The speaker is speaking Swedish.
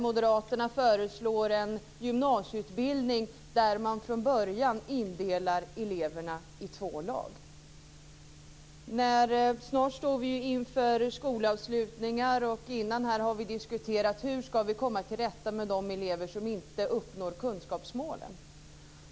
Moderaterna föreslår en gymnasieutbildning där man från början indelar eleverna i två lag. Snart står vi inför skolavslutningar. Tidigare har vi diskuterat hur vi ska komma till rätta med de elever som inte uppnår kunskapsmålen.